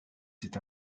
c’est